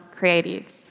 creatives